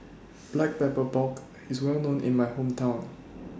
Black Pepper Pork IS Well known in My Hometown